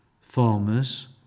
farmers